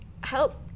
help